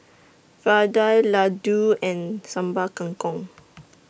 Vadai Laddu and Sambal Kangkong